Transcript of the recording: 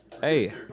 Hey